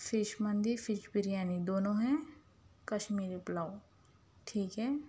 fish مندی fish biryani دونوں ہیں کشمیری پلاؤ ٹھیک ہے